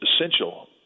essential